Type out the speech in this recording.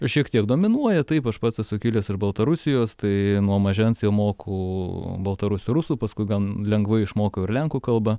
šiek tiek dominuoja taip aš pats esu kilęs iš baltarusijos tai nuo mažens jau moku baltarusių rusų paskui gan lengvai išmokau ir lenkų kalbą